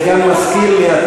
זה גם מזכיר לי,